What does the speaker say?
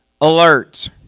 alert